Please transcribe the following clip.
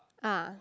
ah